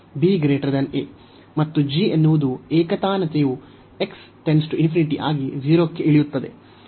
ಮತ್ತು g ಎನ್ನುವುದು ಏಕತಾನತೆಯು ಆಗಿ 0 ಕ್ಕೆ ಇಳಿಯುತ್ತದೆ